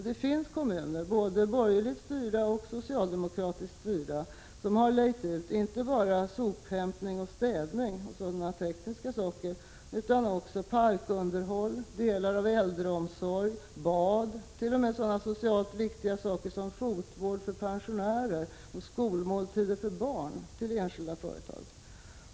Det finns kommuner, både borgerligt styrda och socialdemokratiskt styrda, som har lejt ut, inte bara sophämtning, städning och andra tekniska arbeten, utan också parkunderhåll, delar av äldreomsorg, bad, och t.o.m. sådana socialt viktiga saker som fotvård för pensionärer och skolmåltider för barn, till enskilda företag.